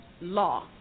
law